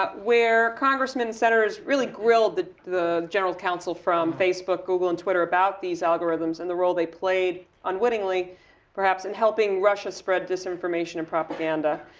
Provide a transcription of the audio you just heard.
ah where congressmen and senators really grilled the the general council from facebook, google and twitter about these algorithms and the role they play unwillingly perhaps in helping russia spread disinformation and propaganda.